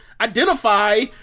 identify